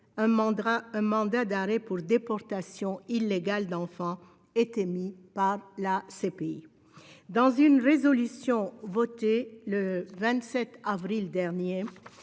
un mandat d'arrêt « pour déportation illégale d'enfants » a été émis par la CPI. Dans une résolution votée le 27 avril dernier,